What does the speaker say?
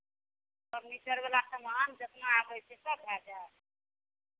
फर्नीचरवला सामान जेतना अबै छै सभ भए जायत